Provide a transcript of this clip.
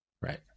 right